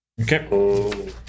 Okay